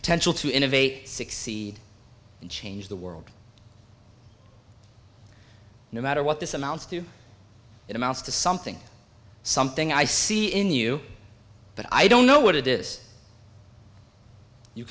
potential to innovate succeed and change the world no matter what this amounts to it amounts to something something i see in you but i don't know what it is you